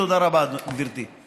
תודה רבה, גברתי.